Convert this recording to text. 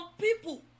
people